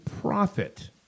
profit